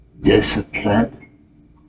Discipline